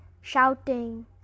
shouting